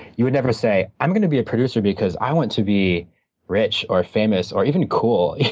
you would never say, i'm going to be a producer because i want to be rich or famous or even cool.